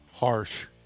Harsh